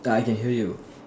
I can hear you